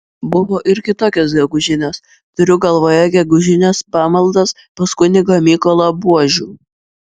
buvo ir kitokios gegužinės turiu galvoje gegužines pamaldas pas kunigą mykolą buožių